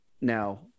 now